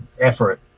effort